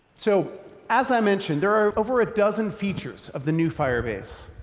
so as i mentioned, there are over a dozen features of the new firebase,